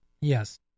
Yes